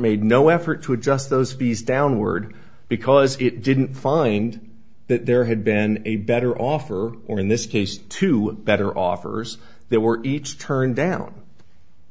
made no effort to adjust those fees downward because it didn't find that there had been a better offer or in this case two better offers they were each turned down